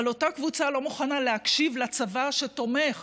אבל אותה קבוצה לא מוכנה להקשיב לצבא שתומך